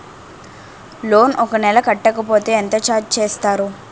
Loan ఒక నెల కట్టకపోతే ఎంత ఛార్జ్ చేస్తారు?